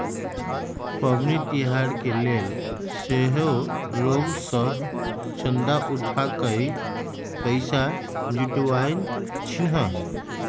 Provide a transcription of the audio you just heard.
पबनि तिहार के लेल सेहो लोग सभ चंदा उठा कऽ पैसा जुटाबइ छिन्ह